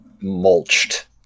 mulched